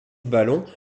ballon